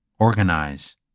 organize